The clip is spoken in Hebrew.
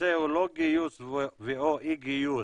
הנושא הוא לא גיוס ולא אי גיוס